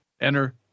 Enter